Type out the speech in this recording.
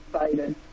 excited